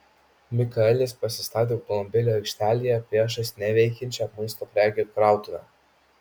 mikaelis pasistatė automobilį aikštelėje priešais neveikiančią maisto prekių krautuvę